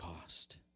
cost